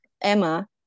Emma